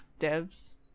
devs